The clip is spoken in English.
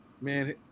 Man